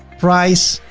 price,